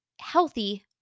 healthy